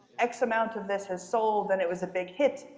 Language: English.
x amount of this has sold, and it was a big hit.